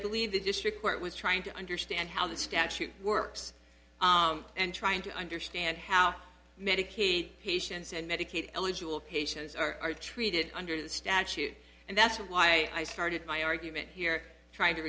believe the district court was trying to understand how the statute works and trying to understand how medicaid patients and medicaid eligible patients are treated under the statute and that's why i started my argument here trying to